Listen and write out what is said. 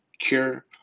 cure